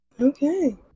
Okay